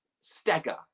stagger